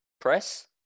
press